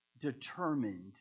determined